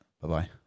Bye-bye